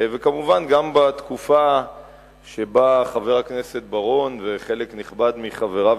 וכמובן גם בתקופה שבה חבר הכנסת בר-און וחלק נכבד מחבריו